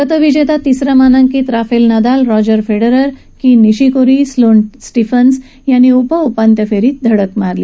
गतविजेता तिसरा मानांकित Rafael Nadal Roger Federer Kei Nishikori Sloane Stephens यांनी उपउपांत्य फेरीत धडक मारली